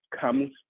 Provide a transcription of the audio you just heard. comes